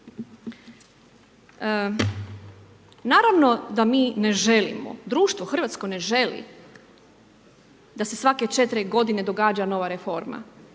Naravno da mi ne želimo, društvo, hrvatsko ne želi, da se svake 4 g. događa nova reforma,